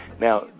Now